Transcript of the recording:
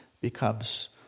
becomes